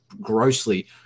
grossly